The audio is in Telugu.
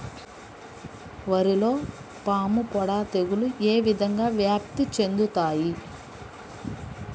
వరిలో పాముపొడ తెగులు ఏ విధంగా వ్యాప్తి చెందుతాయి?